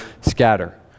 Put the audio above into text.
scatter